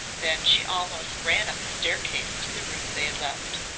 then she almost ran up the staircase to the room they had left.